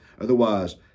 Otherwise